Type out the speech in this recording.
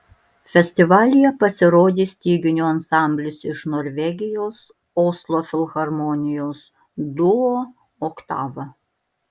festivalyje pasirodys styginių ansamblis iš norvegijos oslo filharmonijos duo oktava